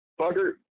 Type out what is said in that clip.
fucker